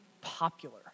popular